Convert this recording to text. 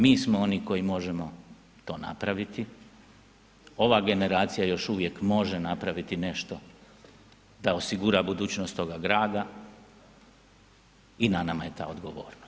Mi smo oni koji možemo to napraviti, ova generacija još uvijek može napraviti nešto da osigura budućnost toga grada i na nama je ta odgovornost.